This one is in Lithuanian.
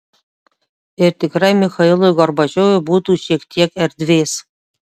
ir tikrai michailui gorbačiovui būtų šiek tiek erdvės